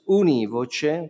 univoce